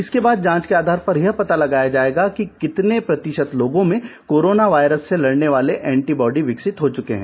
इसके बाद जांच के आधार पर यह पता लगाया जाएगा कि कितने लोगों में कोरोना वायरस से लड़ने वाले एटीबाडी विकसित हो चुके है